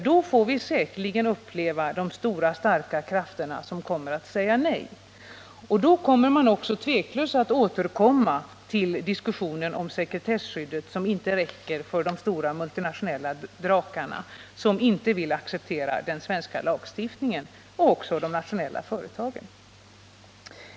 Då får vi säkerligen uppleva att de stora starka krafterna säger nej. Då återkommer man också tveklöst till diskussionen om sekretesskyddet, som inte räcker för de stora multinationella drakarna som inte vill acceptera den svenska lagstiftningen. Detta gäller också de nationella företagen.